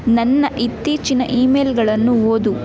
ನನ್ನ ಇತ್ತೀಚಿನ ಇ ಮೇಲ್ಗಳನ್ನು ಓದು